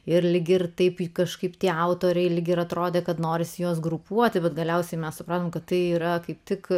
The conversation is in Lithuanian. ir lyg ir taip kažkaip tie autoriai lyg ir atrodė kad norisi juos grupuoti bet galiausiai mes suprantame kad tai yra kaip tik